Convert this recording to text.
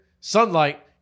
sunlight